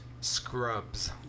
scrubs